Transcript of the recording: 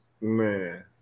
Man